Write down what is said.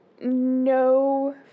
no